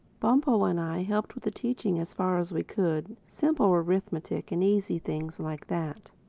bumpo and i helped with the teaching as far as we could simple arithmetic, and easy things like that.